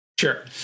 Sure